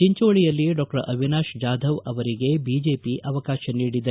ಚೆಂಚೋಳಿಯಲ್ಲಿ doctor Avinash Jadhav ಅವರಿಗೆ BJP ಅವಕಾಶ ನೀಡಿದೆ